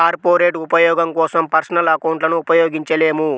corporate ఉపయోగం కోసం personal అకౌంట్లను ఉపయోగించలేము